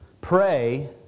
pray